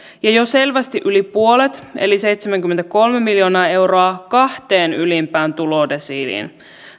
ja jo selvästi yli puolet eli seitsemänkymmentäkolme miljoonaa euroa kahteen ylimpään tulodesiiliin